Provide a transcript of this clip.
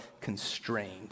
Constrained